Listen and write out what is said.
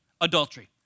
adultery